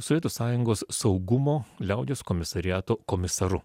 sovietų sąjungos saugumo liaudies komisariato komisaru